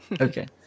Okay